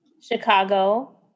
Chicago